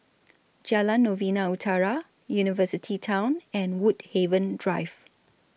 Jalan Novena Utara University Town and Woodhaven Drive